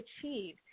achieve